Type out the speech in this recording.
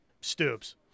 Stoops